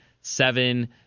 seven